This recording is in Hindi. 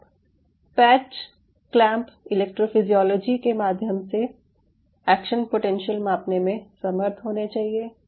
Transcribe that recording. आप पैच क्लैंप इलेक्ट्रोफिजियोलोजी के माध्यम से एक्शन पोटेंशियल मापने में समर्थ होने चाहिए